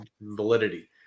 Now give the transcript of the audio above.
validity